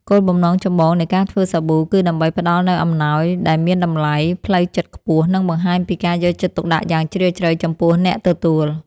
គោលបំណងចម្បងនៃការធ្វើសាប៊ូគឺដើម្បីផ្តល់នូវអំណោយដែលមានតម្លៃផ្លូវចិត្តខ្ពស់ និងបង្ហាញពីការយកចិត្តទុកដាក់យ៉ាងជ្រាលជ្រៅចំពោះអ្នកទទួល។